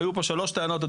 היו פה שלוש טענות,